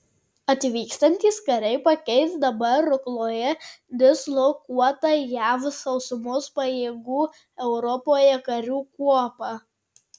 atvykstantys kariai pakeis dabar rukloje dislokuotą jav sausumos pajėgų europoje karių kuopą